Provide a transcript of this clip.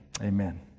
amen